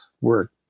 work